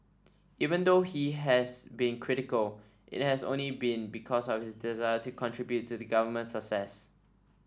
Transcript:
even though he has been critical it has only been because of his desire to contribute to the government's success